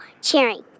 cheering